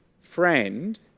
Friend